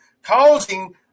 causing